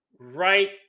right